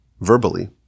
verbally